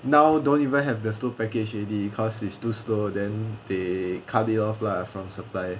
now don't even have the slow package already cause it's too slow then they cut it off lah from supply